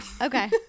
okay